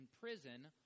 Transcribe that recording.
prison